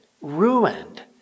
ruined